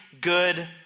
good